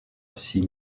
six